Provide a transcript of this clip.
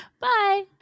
Bye